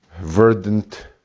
verdant